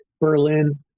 Berlin